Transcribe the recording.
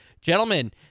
Gentlemen